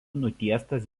nutiestas